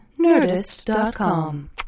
Nerdist.com